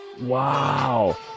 Wow